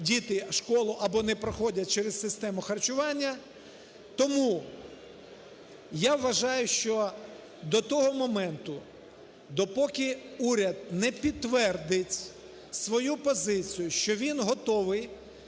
діти школу або не проходять через систему харчування. Тому я вважаю, що до того моменту, допоки уряд не підтвердить свою позицію, що він готовий